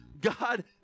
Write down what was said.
God